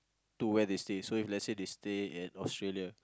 to where to stay so if let's say they stay at Australia